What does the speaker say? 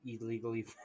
illegally